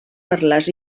parlars